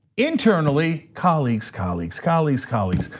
internally, colleagues, colleagues, colleagues, colleagues.